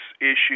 issues